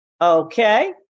Okay